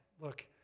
Look